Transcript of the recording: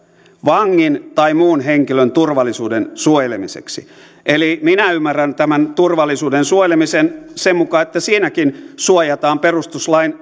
vangin tai muun henkilön turvallisuuden suojelemiseksi eli minä ymmärrän tämän turvallisuuden suojelemisen sen mukaan että siinäkin suojataan perustuslain